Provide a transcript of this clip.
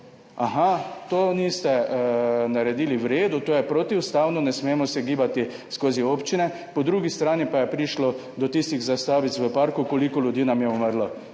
aha, tega niste naredili v redu, to je protiustavno, ne smemo se gibati skozi občine, po drugi strani pa je prišlo do tistih zastavic v parku, koliko ljudi nam je umrlo.